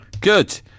Good